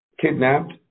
kidnapped